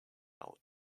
out